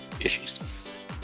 issues